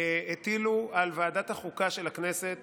הטילו על ועדת החוקה של הכנסת